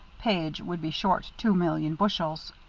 page would be short two million bushels.